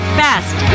best